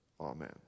amen